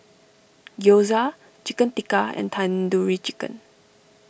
Gyoza Chicken Tikka and Tandoori Chicken